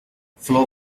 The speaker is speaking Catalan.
flor